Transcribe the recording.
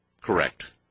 correct